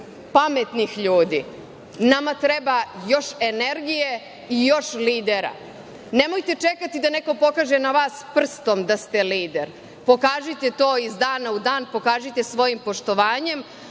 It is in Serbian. pametnih ljudi. Nama treba još energije i još lidera. Nemojte čekati da neko pokaže na vas prstom da ste lider. Pokažite to iz dana u dan, pokažite svojim poštovanjem,